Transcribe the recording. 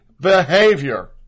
behavior